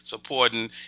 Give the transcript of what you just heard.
supporting